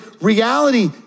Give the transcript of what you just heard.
reality